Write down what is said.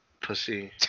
pussy